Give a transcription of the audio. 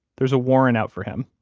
there's a warrant out for him,